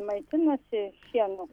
maitinasi šienu